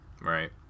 Right